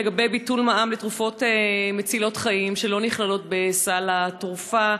לגבי ביטול מע"מ לתרופות מצילות חיים שלא נכללות בסל התרופות,